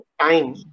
time